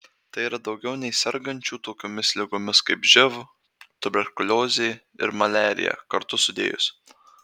tai yra daugiau nei sergančių tokiomis ligomis kaip živ tuberkuliozė ir maliarija kartu sudėjus